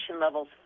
levels